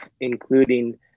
including